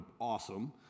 awesome